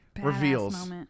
reveals